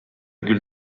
küll